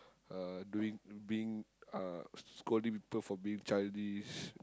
uh doing being uh scolding people for being childish